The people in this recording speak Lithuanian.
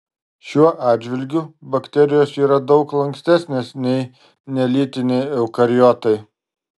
šiuo atžvilgiu bakterijos yra daug lankstesnės nei nelytiniai eukariotai